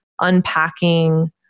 unpacking